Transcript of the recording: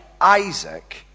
Isaac